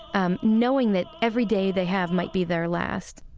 um knowing that every day they have might be their last